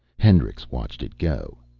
hendricks watched it go.